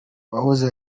uwahoze